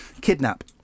Kidnap